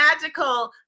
magical